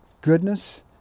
goodness